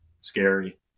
scary